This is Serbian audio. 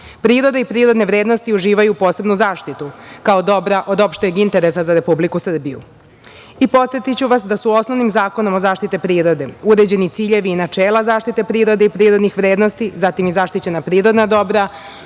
Priroda i prirodne vrednosti uživaju posebnu zaštitu kao dobra od opšteg interesa za Republiku Srbiju. Podsetiću vas da su osnovnim Zakonom o zaštiti prirode uređeni ciljevi i načela zaštite prirode i prirodnih vrednosti, zatim zaštićena prirodna dobra,